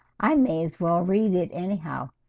i? may as well read it anyhow.